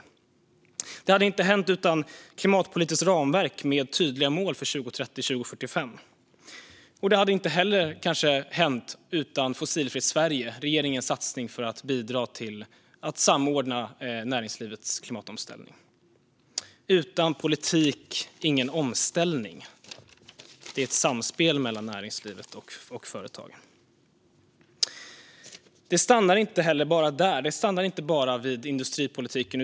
Detta hade inte heller hänt utan ett klimatpolitiskt ramverk med tydliga mål för 2030 och 2045. Det hade kanske inte heller hänt utan Fossilfritt Sverige, regeringens satsning för att bidra till att samordna näringslivets klimatomställning. Utan politik - ingen omställning. Det är ett samspel. Det stannar heller inte vid industripolitiken.